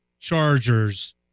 Chargers